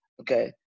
Okay